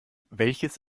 welches